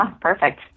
Perfect